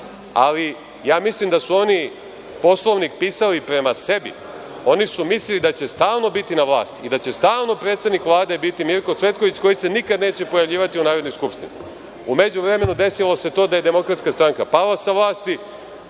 ali ja mislim da su oni Poslovnik pisali prema sebi. Oni su mislili da će stalno biti na vlasti i da će stalno predsednik Vlade biti Mirko Cvetković, koji se nikada neće pojavljivati u Narodnoj skupštini. U međuvremenu desilo se to da je DS pala sa vlasti,